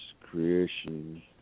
creation